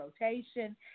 rotation